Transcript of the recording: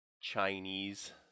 Chinese